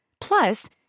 Plus